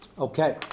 Okay